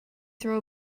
throw